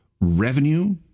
revenue